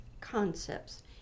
concepts